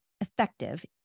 effective